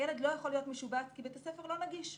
הילד לא יכול להיות משובץ כי בית הספר לא נגיש.